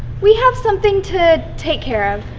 we have something to. take care of.